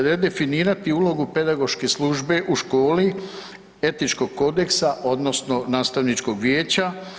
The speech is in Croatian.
Redefinirati ulogu pedagoške službe u školi, Etičkog kodeksa odnosno Nastavničkog vijeća.